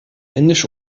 indische